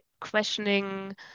questioning